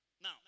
Now